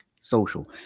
social